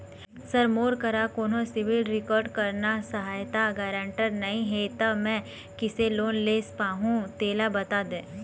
sir मोर करा कोन्हो सिविल रिकॉर्ड करना सहायता गारंटर नई हे ता मे किसे लोन ले पाहुं तेला बता दे